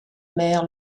mer